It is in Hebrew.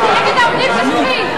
את צבועה.